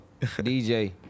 DJ